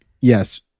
yes